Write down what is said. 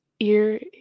Ear